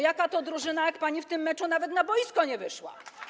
Jaka to drużyna, jak pani w tym meczu nawet na boisko nie wyszła?